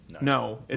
No